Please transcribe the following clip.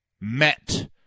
met